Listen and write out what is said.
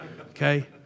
okay